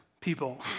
people